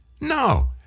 No